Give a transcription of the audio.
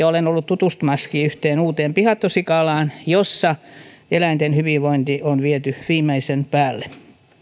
olen ollut tutustumassakin yhteen uuteen pihattosikalaan jossa eläinten hyvinvointi on viety viimeisen päälle